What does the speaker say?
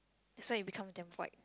that's why you become damn white